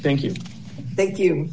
thank you thank you